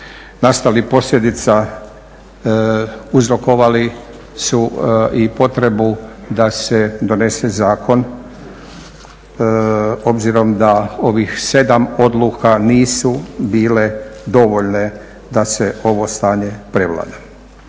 nastalih posljedica uzrokovali su i potrebu da se donese zakon obzirom da ovih 7 odluka nisu bile dovoljno da se ovo stanje prevlada.